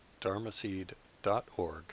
dharmaseed.org